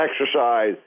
exercise